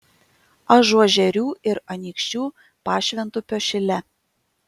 ažuožerių ir anykščių pašventupio šile